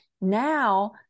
now